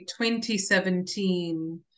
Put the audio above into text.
2017